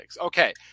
Okay